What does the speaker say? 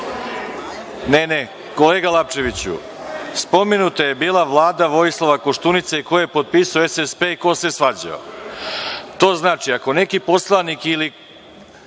pomenuo. Kolega Lapčeviću, spomenuta je bila Vlada Vojislava Koštunice, ko je potpisao SSP i ko se svađao. To znači ako neki poslanik ili